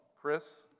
Chris